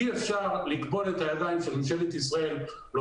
אי אפשר לכבול את הידיים את ממשלת ישראל או